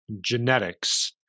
genetics